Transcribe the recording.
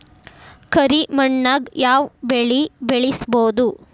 ಕರಿ ಮಣ್ಣಾಗ್ ಯಾವ್ ಬೆಳಿ ಬೆಳ್ಸಬೋದು?